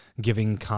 giving